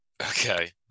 Okay